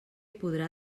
podrà